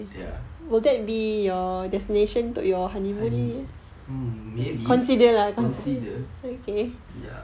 ya honeymoon mm maybe consider ya